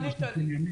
ענית לי.